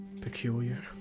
peculiar